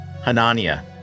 Hanania